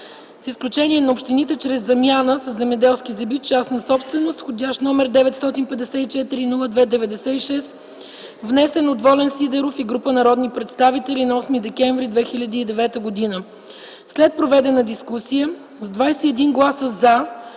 с изключение на общините, чрез замяна със земеделски земи – частна собственост, № 954-02-96, внесен от Волен Сидеров и група народни представители на 8 декември 2009 г. След проведената дискусия с 21 гласа „за”